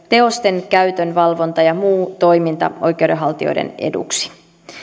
teosten käytön valvonta ja muu toiminta oikeudenhaltijoiden eduksi